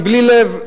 מבלי לב,